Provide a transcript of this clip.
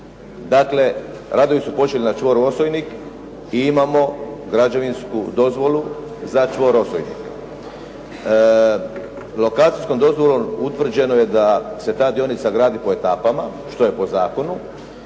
Dakle, radovi su počeli na čvoru Osojnik i imamo građevinsku dozvolu za čvor Osojnik. Lokacijskom dozvolom utvrđeno je da se ta dionica gradi po etapama što je po zakonu